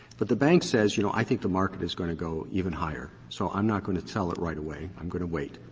but the bank says, you know, i think the market is going to go even higher, so i'm not going to sell it right away, i'm going to wait,